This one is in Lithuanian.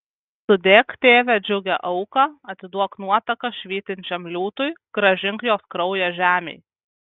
sudėk tėve džiugią auką atiduok nuotaką švytinčiam liūtui grąžink jos kraują žemei